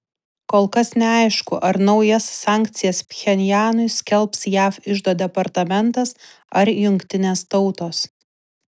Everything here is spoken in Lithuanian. kol kas neaišku ar naujas sankcijas pchenjanui skelbs jav iždo departamentas ar jungtinės tautos